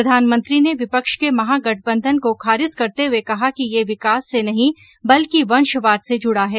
प्रधानमंत्री ने विपक्ष के महागठबंधन को खारिज करते हुए कहा कि यह विकास से नहीं बल्कि वंशवाद से जुड़ा है